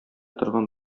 торган